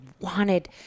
wanted